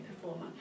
performer